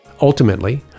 Ultimately